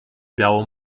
białą